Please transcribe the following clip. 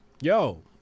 yo